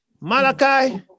Malachi